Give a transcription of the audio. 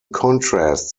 contrast